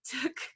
took